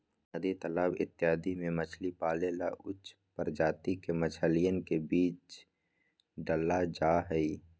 नदी तालाब इत्यादि में मछली पाले ला उच्च प्रजाति के मछलियन के बीज डाल्ल जाहई